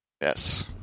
Yes